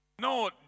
No